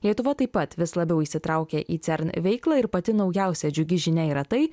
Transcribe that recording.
lietuva taip pat vis labiau įsitraukia į cern veiklą ir pati naujausia džiugi žinia yra tai